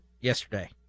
yesterday